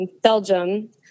Belgium